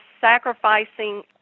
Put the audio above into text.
sacrificing